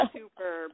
super